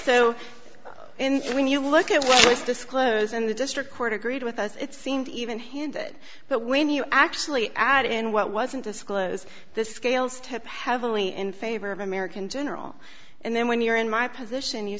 so when you look at what was disclosed in the district court agreed with us it seemed even handed but when you actually add in what wasn't disclosed the scales tip heavily in favor of american general and then when you're in my position you